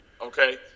okay